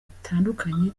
bitandukanye